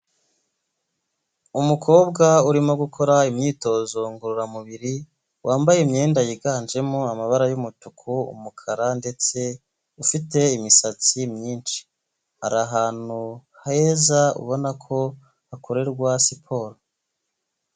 Umukobwa urimo gukora imyitozo ngororamubiri, wambaye imyenda yiganjemo amabara y'umutuku, umukara ndetse ufite imisatsi myinshi. Ari ahantu heza, ubona ko hakorerwa siporo.